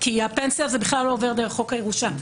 כי הפנסיה בכלל לא עוברת דרך חוק הירושה.